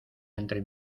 entre